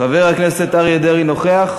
חבר הכנסת אריה דרעי, נוכח?